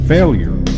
Failure